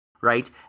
right